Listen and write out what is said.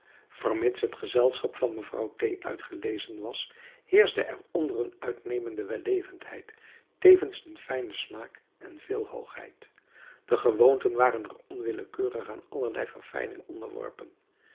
vermits het gezelschap van mevrouw t uitgelezen was heerschte er onder een uitnemende wellevendheid tevens een fijne smaak en veel hoogheid de gewoonten waren er onwillekeurig aan allerlei verfijning onderworpen